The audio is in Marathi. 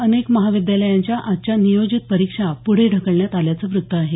अनेक महाविद्यालयांच्या आजच्या नियोजित परीक्षा पुढे ढकलण्यात आल्याचं वृत्त आहे